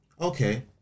okay